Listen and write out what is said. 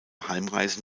heimreise